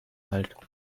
alt